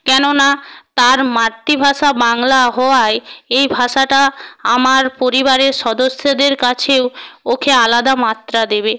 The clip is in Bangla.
কেননা তার মাতৃভাষা বাংলা হওয়ায় এই ভাষাটা আমার পরিবারের সদস্যদের কাছেও ওকে আলাদা মাত্রা দেবে